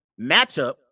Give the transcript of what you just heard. matchup